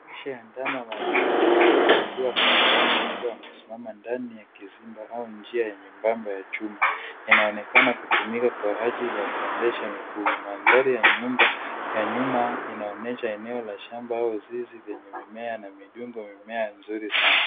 Lishe ya ndama wawili wakiwa kahawani wakiwa wamesimama ndani ya kizimba au njia nyembamba ya chuma. Yanaonekana kutumika kwa ajili ya kuendesha mifugo. Mandhari ya nyuma inaonyesha eneo la shamba au zizi lenye mimea na midumbwi ya mimea nzuri sana.